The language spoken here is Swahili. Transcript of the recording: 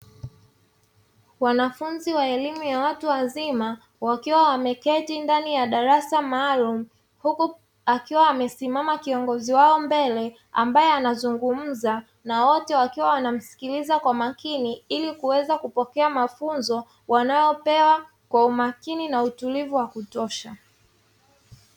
Wanafunzi wa elimu ya watu wazima wakiwa wameketi ndani ya darasa maalumu, huku akiwa amesimama kiongozi wao mbele, ambaye anazungumza na wote wakiwa wanamsikiliza kwa makini ili kuweza kupokea mafunzo wanayopewa kwa umakini na utulivu wa kutosha.